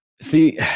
See